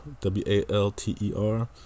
w-a-l-t-e-r